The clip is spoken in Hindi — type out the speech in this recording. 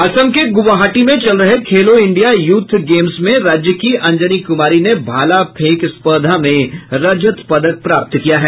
असम के ग्रवाहाटी में चल रहे खेलो इंडिया यूथ गेम्स में राज्य की अंजनी कुमारी ने भाला फेंक स्पर्धा में रजत पदक प्राप्त किया है